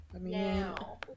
now